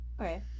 okay